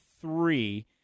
three